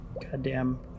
Goddamn